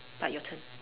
but your turn